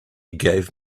gave